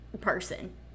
person